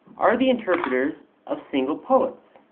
are the interpreters of single poets.